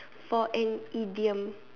for an idiom